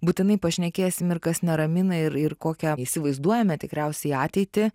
būtinai pašnekėsim ir kas neramina ir ir kokią įsivaizduojame tikriausiai ateitį